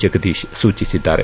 ಜಗದೀಶ್ ಸೂಚಿಸಿದ್ದಾರೆ